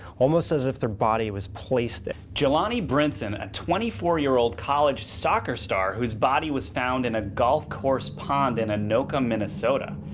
almost as if their body was placed there. jelloni brinson, a twenty four year old college soccer star whose body was found in a golf course pond in anoka, minn. so but